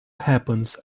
happens